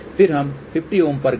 फिर हम 50 Ω पर गए